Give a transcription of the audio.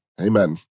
Amen